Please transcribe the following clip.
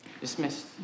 Dismissed